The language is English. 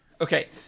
Okay